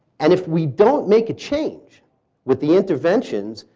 and if we don't make a change with the interventions,